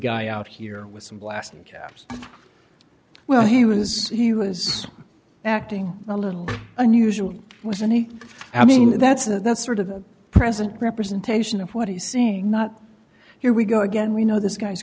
guy out here with some blasting caps well he was he was acting a little unusual was any i mean that's not that sort of present representation of what he's seeing not here we go again we know this guy's